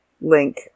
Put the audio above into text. link